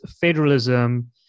federalism